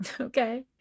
Okay